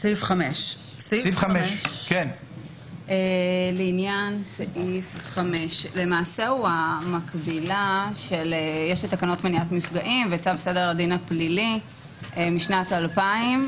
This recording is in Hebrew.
סעיף 5. יש את תקנות מניעת מפגעים וצו סדר הדין הפלילי משנת 2000,